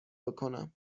بکنم